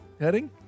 heading